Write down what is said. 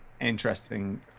interesting